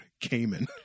Cayman